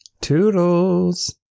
Toodles